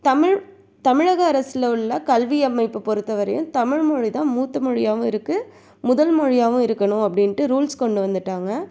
தமிழ் தமிழக அரசில் உள்ள கல்வி அமைப்பை பொறுத்த வரையும் தமிழ்மொழி தான் மூத்த மொழியாகவும் இருக்கு முதல் மொழியாகவும் இருக்கணும் அப்படின்ட்டு ரூல்ஸ் கொண்டு வந்துவிட்டாங்க